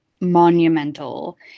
monumental